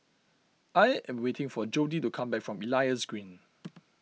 I am waiting for Jodi to come back from Elias Green